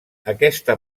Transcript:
aquesta